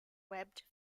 webbed